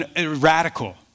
Radical